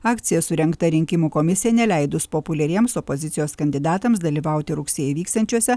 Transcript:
akcija surengta rinkimų komisijai neleidus populiariems opozicijos kandidatams dalyvauti rugsėjį vyksiančiuose